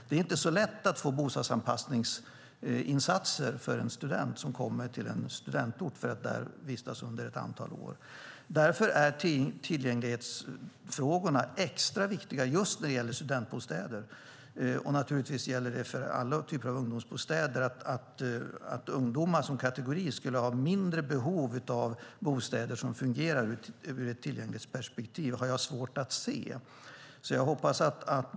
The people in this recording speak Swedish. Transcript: Det är inte så lätt att få bostadsanpassningsinsatser för en student som kommer till en studentort för att vistas där under ett antal år. Därför är tillgänglighetsfrågorna extra viktiga just när det gäller studentbostäder, och naturligtvis gäller det för alla typer av ungdomsbostäder. Att ungdomar som kategori skulle ha mindre behov av bostäder som fungerar ur ett tillgänglighetsperspektiv har jag svårt att se.